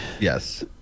Yes